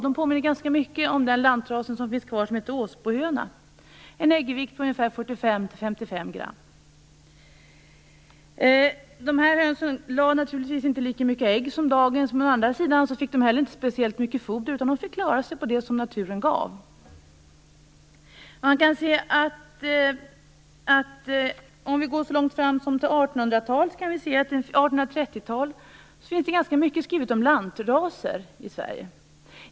De påminner ganska mycket om den lantras som finns kvar, som heter Åsbohöna, med en äggvikt på ungefär 45-55 gram. De hönsen lade naturligtvis inte lika mycket ägg som dagens. Å andra sidan fick de heller inte speciellt mycket foder. De fick klara sig på det som naturen gav. Går vi så långt fram som till 1830-talet finns det ganska mycket skrivet om lantraser i Sverige.